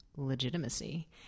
legitimacy